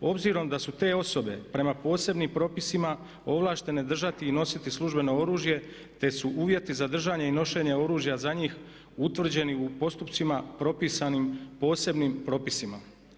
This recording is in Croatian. Obzirom da su te osobe prema posebnim propisima ovlaštene držati i nositi službeno oružje, te su uvjeti za držanje i nošenje oružja za njih utvrđeni u postupcima propisanim posebnim propisima.